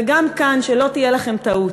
וגם כאן שלא תהיה לכם טעות.